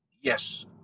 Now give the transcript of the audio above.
Yes